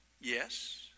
Yes